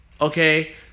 Okay